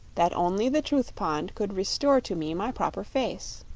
that only the truth pond could restore to me my proper face.